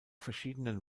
verschiedenen